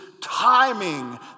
timing